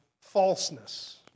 falseness